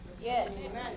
yes